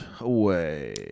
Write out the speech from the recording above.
away